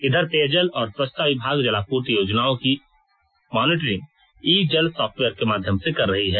इधर पेयजल और स्वच्छता विभाग जलापूर्ति योजनाओं की मॉनिटरिंग ई जल सॉफ्टवेयर के माध्यम से कर रही है